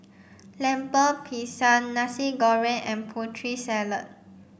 Lemper Pisang Nasi Goreng and Putri Salad